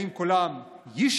האם קולם יישמע?